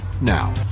now